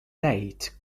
date